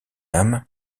âme